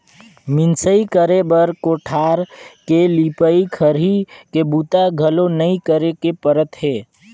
मिंसई करे बर कोठार के लिपई, खरही के बूता घलो नइ करे के परत हे